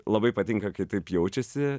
labai patinka kai taip jaučiasi